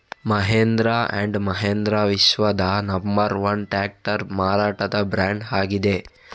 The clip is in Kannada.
ಮಹೀಂದ್ರ ಅಂಡ್ ಮಹೀಂದ್ರ ವಿಶ್ವದ ನಂಬರ್ ವನ್ ಟ್ರಾಕ್ಟರ್ ಮಾರಾಟದ ಬ್ರ್ಯಾಂಡ್ ಆಗಿದೆ